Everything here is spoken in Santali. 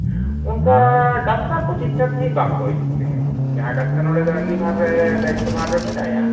ᱚᱱᱠᱟ ᱰᱟᱠᱛᱟᱨ ᱠᱚ ᱴᱷᱤᱠ ᱴᱷᱟᱠ ᱥᱟᱺᱦᱤᱡ ᱵᱟᱝᱠᱚ ᱦᱤᱡᱩᱜ ᱛᱟᱦᱮᱸᱫ ᱡᱟᱦᱟᱸᱭ ᱰᱟᱠᱛᱟᱨ ᱱᱚᱸᱰᱮ ᱟᱺᱜᱤᱵᱷᱟᱨ ᱨᱮ ᱫᱟᱭᱤᱛᱛᱚ ᱵᱷᱟᱨ ᱨᱮ ᱢᱮᱱᱟᱭᱟ